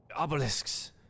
obelisks